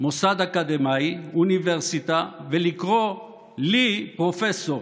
מוסד אקדמי, אוניברסיטה, ולקרוא לי פרופסור.